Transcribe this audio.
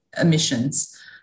emissions